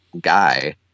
guy